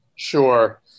Sure